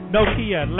Nokia